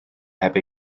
heb